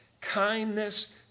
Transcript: kindness